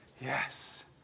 yes